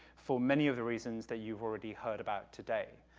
for many of the reasons that you've already heard about today.